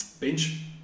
bench